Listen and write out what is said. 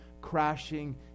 crashing